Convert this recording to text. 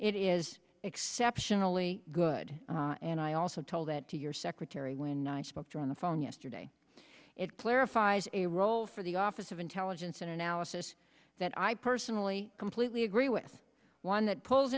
it is exceptionally good and i also told that to your secretary when i spoke to on the phone yesterday it clarifies a role for the office of intelligence and analysis that i personally completely agree with one that p